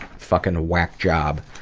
fucking whack job.